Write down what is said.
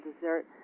dessert